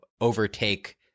overtake